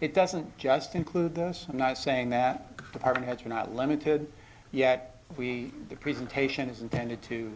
it doesn't just include the us i'm not saying that department heads are not limited yet we the presentation is intended to